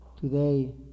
Today